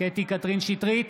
קטי קטרין שטרית,